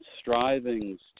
strivings